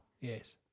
yes